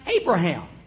Abraham